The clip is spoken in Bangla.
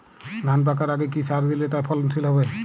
ধান পাকার আগে কি সার দিলে তা ফলনশীল হবে?